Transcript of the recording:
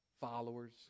followers